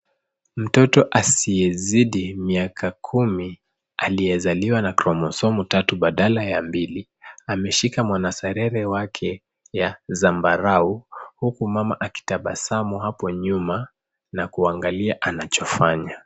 Mtoto asiye zidi miaka kumi aliyezaliwa na kromosomu tatu badala ya mbili ameshika mwana sesere wake ya zambarau huku mama akitabasamu hapo nyuma na kuangalia anachofanya.